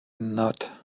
not